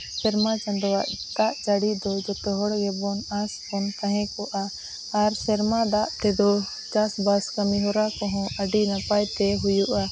ᱥᱮᱨᱢᱟ ᱪᱟᱸᱫᱳᱣᱟᱜ ᱫᱟᱜ ᱡᱟᱹᱲᱤ ᱫᱚ ᱡᱚᱛᱚ ᱦᱚᱲ ᱜᱮᱵᱚ ᱟᱸᱥ ᱜᱮᱵᱚᱱ ᱛᱟᱦᱮᱸ ᱠᱚᱜᱼᱟ ᱟᱨ ᱥᱮᱨᱢᱟ ᱫᱟᱜ ᱛᱮᱫᱚ ᱪᱟᱥᱵᱟᱥ ᱠᱟᱹᱢᱤ ᱦᱚᱨᱟ ᱠᱚ ᱦᱚᱸ ᱟᱹᱰᱤ ᱱᱟᱯᱟᱭᱛᱮ ᱦᱩᱭᱩᱜᱼᱟ